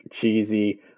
cheesy